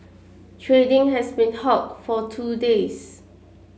trading had been halted for two days